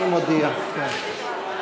המילה בזכותי הוא עוד לא אמר,